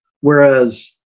whereas